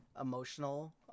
emotional